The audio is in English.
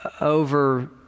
over